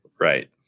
Right